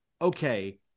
okay